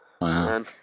wow